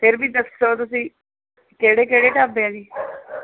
ਫਿਰ ਵੀ ਦੱਸੋ ਤੁਸੀਂ ਕਿਹੜੇ ਕਿਹੜੇ ਢਾਬੇ ਹੈ ਜੀ